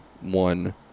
one